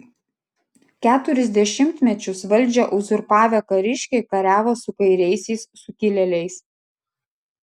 keturis dešimtmečius valdžią uzurpavę kariškiai kariavo su kairiaisiais sukilėliais